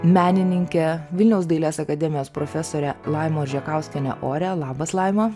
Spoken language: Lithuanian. menininke vilniaus dailės akademijos profesore laima ožekauskiene ore labas laima